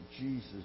Jesus